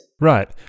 Right